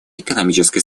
экономической